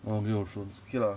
orh game of thrones okay lah